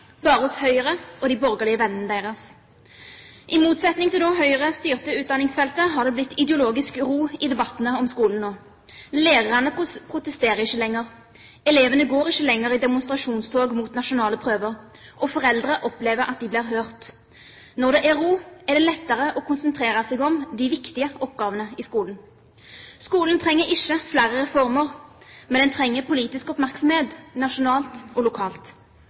bare hos Høyre og de borgerlige vennene deres. I motsetning til da Høyre styrte utdanningsfeltet, har det blitt ideologisk ro i debattene om skolen nå. Lærerne protesterer ikke lenger, elevene går ikke lenger i demonstrasjonstog mot nasjonale prøver, og foreldre opplever at de blir hørt. Når det er ro, er det lettere å konsentrere seg om de viktige oppgavene i skolen. Skolen trenger ikke flere reformer, men den trenger politisk oppmerksomhet – nasjonalt og lokalt.